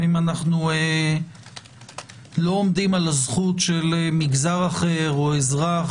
אם אנחנו לא עומדים על הזכות של מגזר אחר או אזרח